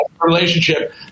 relationship